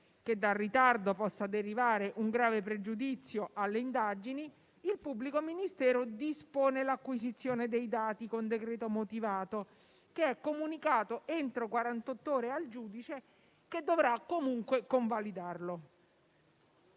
che dal ritardo possa derivare un grave pregiudizio alle indagini, il pubblico ministero dispone l'acquisizione dei dati con decreto motivato, che è comunicato entro quarantott'ore al giudice, che dovrà comunque convalidarlo.